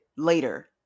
later